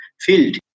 field